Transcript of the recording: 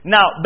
Now